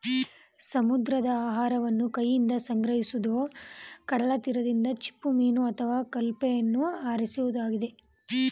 ಸಮುದ್ರಾಹಾರವನ್ನು ಕೈಯಿಂದ ಸಂಗ್ರಹಿಸೋದು ಕಡಲತೀರದಿಂದ ಚಿಪ್ಪುಮೀನು ಅಥವಾ ಕೆಲ್ಪನ್ನು ಆರಿಸೋದಾಗಿದೆ